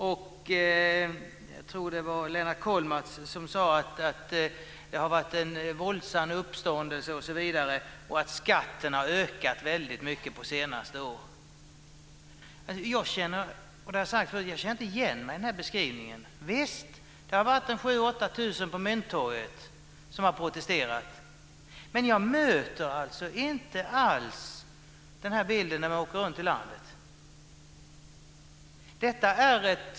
Och jag tror att det var Lennart Kollmats som sade att det har varit en våldsam uppståndelse osv. och att skatten har ökat väldigt mycket under senare år. Som jag har sagt förut så känner jag inte igen mig i den här beskrivningen. Visst har det varit 7 000-8 000 på Mynttorget och protesterat. Men jag möter inte alls det som framgår av denna bild när jag åker runt i landet.